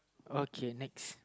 okay next